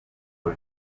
for